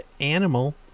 Animal